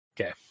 Okay